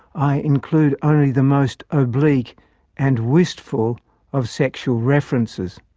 i include only the most oblique and wistful of sexual references,